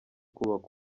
kubaka